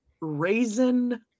Raisin